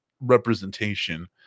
representation